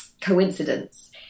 coincidence